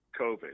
COVID